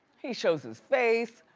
he shows his face,